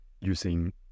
using